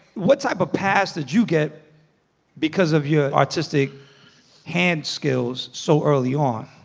what type of pass did you get because of your artistic hand skills so early on?